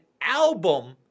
album